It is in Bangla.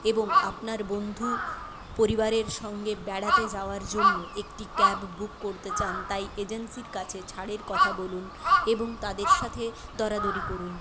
এবং আপনার বন্ধু পরিবারের সঙ্গে বেড়াতে যাওয়ার জন্য একটি ক্যাব বুক করতে চান তাই এজেন্সির কাছে ছাড়ের কথা বলুন এবং তাদের সাথে দরাদরি করুন